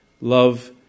Love